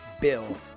bill